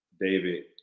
David